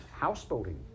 houseboating